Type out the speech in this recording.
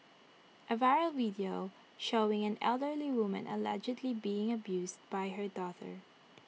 A viral video showing an elderly woman allegedly being abused by her daughter